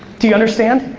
do you understand?